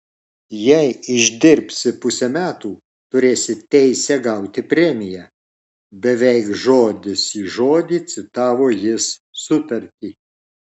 jei išdirbsi pusę metų turėsi teisę gauti premiją beveik žodis į žodį citavo jis sutartį